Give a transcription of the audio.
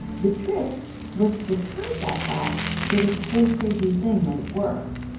the trick was to disguise that fact so this whole crazy thing might work.